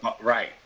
Right